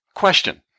question